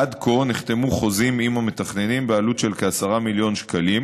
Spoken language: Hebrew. עד כה נחתמו חוזים עם המתכננים בעלות של כ-10 מיליון שקלים.